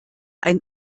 ein